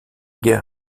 guère